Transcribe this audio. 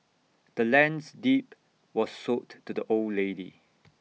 the land's deed was sold to the old lady